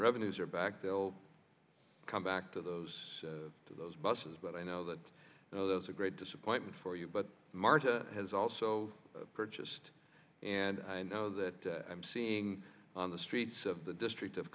revenues are back bill come back to those to those buses but i know that you know that's a great disappointment for you but marta has also purchased and i know that i'm seeing on the streets of the district of